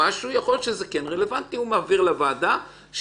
יכול להיות שזה כן יהיה רלוונטי והוא כן יעביר את לוועדה לשקול.